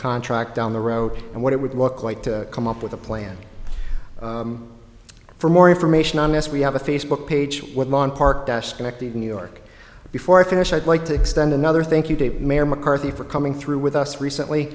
contract down the road and what it would look like to come up with a plan for more information on this we have a facebook page with lawn park desk connected to new york before i finish i'd like to extend another thank you to mayor mccarthy for coming through with us